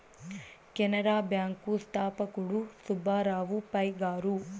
Canara bank స్థాపకుడు సుబ్బారావు పాయ్ గారు